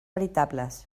veritables